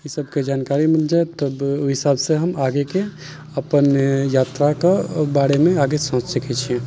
ई सबके जानकारी मिल जायत तब ओइ हिसाबसँ हम आगेके अपन यात्राके बारेमे आगे सोचि सकै छियै